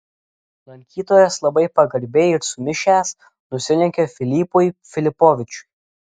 lankytojas labai pagarbiai ir sumišęs nusilenkė filipui filipovičiui